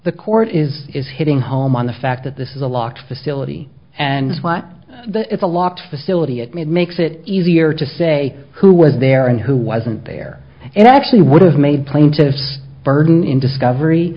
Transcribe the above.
the court is is hitting home on the fact that this is a locked facility and what that it's a lot facility it makes it easier to say who was there and who wasn't there and actually would have made plaintiff's burden in discovery